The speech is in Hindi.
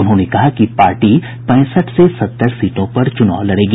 उन्होंने कहा कि पार्टी पैंसठ से सत्तर सीटों पर चूनाव लड़ेगी